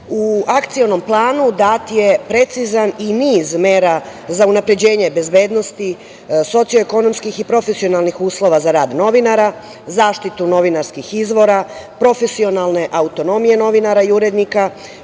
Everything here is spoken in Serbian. akcionom planu, dat je precizan i niz mera za unapređenja bezbednosti, socijalno ekonomskih i profesionalnih uslova za rad novinara, zaštitu novinarskih izvora, profesionalne autonomije novinara i urednika,